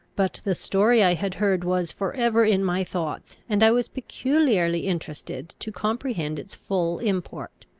but the story i had heard was for ever in my thoughts, and i was peculiarly interested to comprehend its full import.